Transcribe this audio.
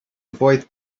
avoid